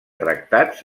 tractats